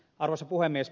arvoisa puhemies